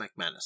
McManus